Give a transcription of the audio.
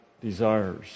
desires